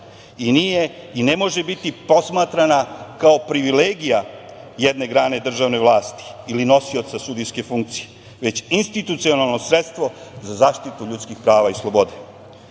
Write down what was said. i nije i ne može biti posmatrana, kao privilegija jedne grane državne vlasti ili nosioca sudijske funkcije, već institucionalno sredstvo za zaštitu ljudskih prava i slobode. Da